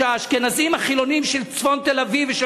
והאשכנזים החילונים של צפון תל-אביב ושל